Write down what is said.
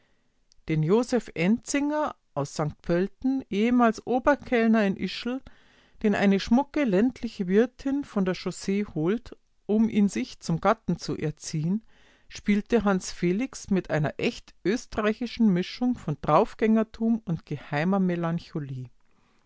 den joseph enzinger aus st pölten ehemals oberkellner in ischl den eine schmucke ländliche wirtin von der chaussee holt um ihn sich zum gatten zu erziehen spielte hans felix mit einer echt österreichischen mischung von draufgängertum und geheimer melancholie